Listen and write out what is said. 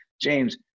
James